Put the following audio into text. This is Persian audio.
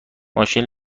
ماشین